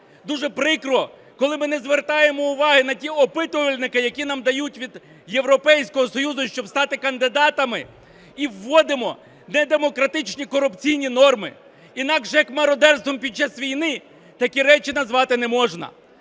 дуже прикро, коли ми не звертаємо уваги на ті опитувальники, які нам дають від Європейського Союзу, щоб стати кандидатами, і вводимо недемократичні корупційні норми. Інакше як мародерством під час війни такі речі назвати не можна.